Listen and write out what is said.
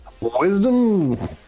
wisdom